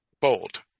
bold